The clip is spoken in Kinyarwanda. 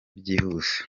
byihuse